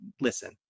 listen